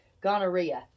gonorrhea